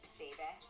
baby